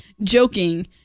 joking